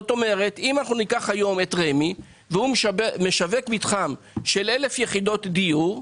אם רמ"י משווק מתחם של אלף יחידות דיור,